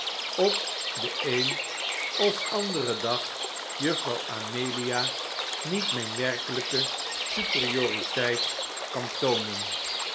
op den een of anderen dag juffrouw amelia niet mijn werkelijke superioriteit kan toonen